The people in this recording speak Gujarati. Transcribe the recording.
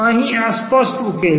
અહીં આ સ્પષ્ટ ઉકેલ છે